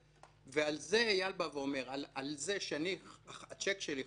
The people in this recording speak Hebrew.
על זה אייל בא ואומר: על זה שהצ'ק שלי חזר,